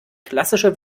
klassische